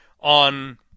on